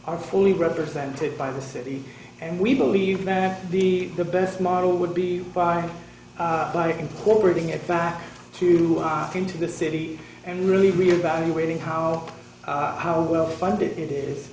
are fully represented by the city and we believe that the the best model would be by incorporating it back to into the city and really really valuating how how well funded it is